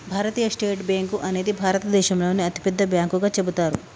భారతీయ state bank అనేది భారతదేశంలోనే అతిపెద్ద బ్యాంకుగా చెబుతారు